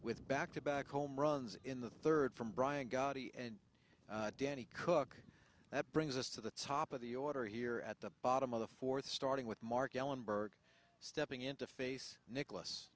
with back to back home runs in the third from bryant gotti and danny cook that brings us to the top of the order here at the bottom of the fourth starting with mark ellenberg stepping in to face nicholas